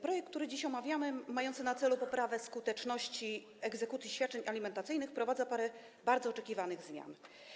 Projekt, który dziś omawiamy, mający na celu poprawę skuteczności egzekucji świadczeń alimentacyjnych, wprowadza parę bardzo oczekiwanych zmian.